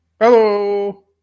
Hello